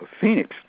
Phoenix